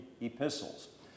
epistles